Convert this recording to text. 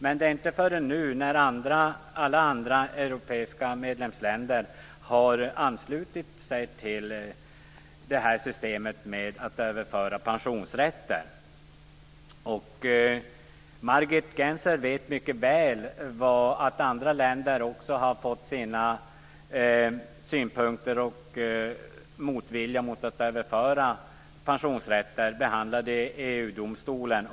Men det är inte förrän nu när alla andra europeiska medlemsländer har anslutit sig till systemet att överföra pensionsrätter som det kommer ett förslag. Margit Gennser vet mycket väl att andra länder också har haft sina synpunkter och sin motvilja mot att överföra pensionsrätter behandlade i EG domstolen.